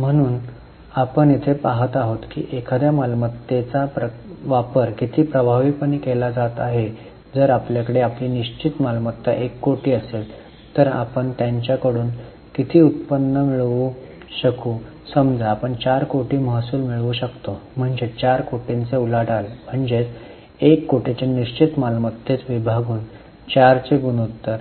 म्हणून आपण येथे पाहत आहोत की एखाद्या मालमत्तेचा वापर किती प्रभावीपणे केला जात आहे जर आपल्याकडे आपली निश्चित मालमत्ता 1 कोटी असेल तर आपण त्यांच्याकडून किती उत्पन्न मिळवू शकू समजा आपण 4 कोटी महसूल मिळवू शकतो म्हणजे 4 कोटींचे उलाढाल म्हणजे 1 कोटीच्या निश्चित मालमत्तेत विभागून 4 चे गुणोत्तर